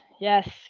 yes